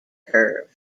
curve